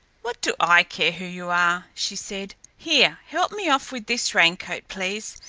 what do i care who your are? she said. here, help me off with this raincoat, please.